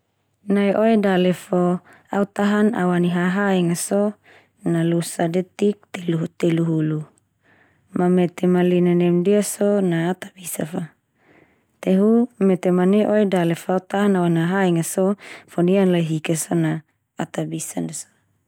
Nai oe dale fo au tahan au ani hahaenga so na losa detik teluhulu. Ma mete ma lena nem ndia so na au ta bisa fa. Te hu, mete ma nai oe dale fo au tahan au anihahaenga so, fo niana la hika so na au ta bisa ndia so.